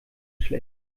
schlecht